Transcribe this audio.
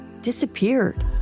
disappeared